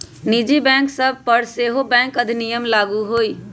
निजी बैंक सभ पर सेहो बैंक अधिनियम लागू होइ छइ